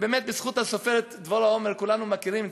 שבאמת בזכות הסופרת דבורה עומר כולנו מכירים,